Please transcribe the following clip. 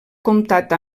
comptat